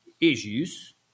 issues